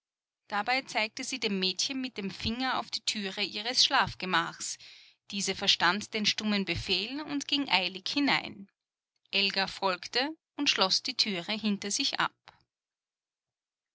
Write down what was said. dabei zeigte sie dem mädchen mit dem finger auf die türe ihres schlafgemaches diese verstand den stummen befehl und ging eilig hinein elga folgte und schloß die türe hinter sich ab